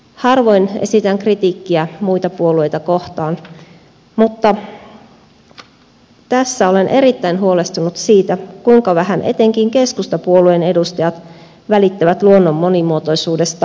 harvoin esitän kritiikkiä muita puolueita kohtaan mutta tässä olen erittäin huolestunut siitä kuinka vähän etenkin keskustapuolueen edustajat välittävät luonnon monimuotoisuudesta ja luontoarvoista